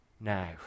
now